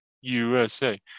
USA